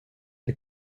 det